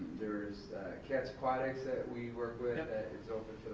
there is cats aquatics that we work with that is open